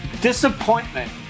disappointment